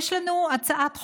יש לנו הצעת חוק,